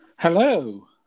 Hello